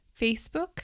Facebook